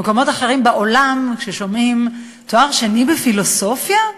במקומות אחרים בעולם כששומעים "תואר שני בפילוסופיה",